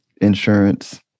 insurance